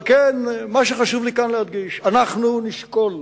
על כן, מה שחשוב להדגיש כאן: אנחנו נשקול,